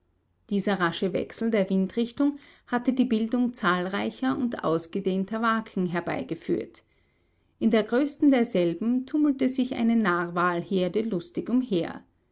dieser rasche wechsel der windrichtung hatte die bildung zahlreicher und ausgedehnter waken herbeigeführt in der größten derselben tummelte sich eine narwalherde lustig umher